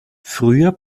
früher